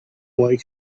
boy